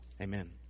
amen